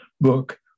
book